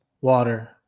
water